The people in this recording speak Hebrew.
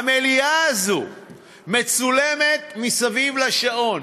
המליאה הזו מצולמת מסביב לשעון,